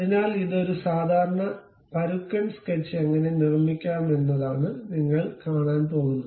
അതിനാൽ ഇത് ഒരു സാധാരണ പരുക്കൻ സ്കെച്ച് എങ്ങനെ നിർമ്മിക്കാമെന്നതാണ് നിങ്ങൾ കാണാനാണ്പോകുന്നത്